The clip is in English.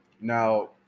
Now